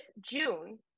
June